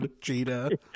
cheetah